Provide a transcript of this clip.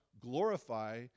Glorify